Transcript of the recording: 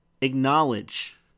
acknowledge